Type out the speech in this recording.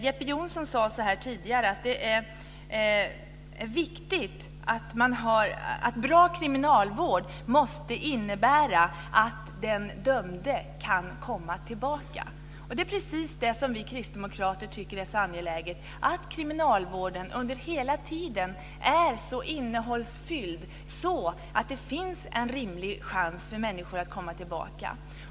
Jeppe Johnsson sade tidigare att bra kriminalvård måste innebära att den dömde kan komma tillbaka. Det är precis det som vi kristdemokrater tycker är så angeläget, att kriminalvården under hela tiden är så innehållsrik att det finns en rimlig chans för människor att komma tillbaka.